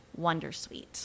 wondersuite